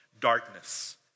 darkness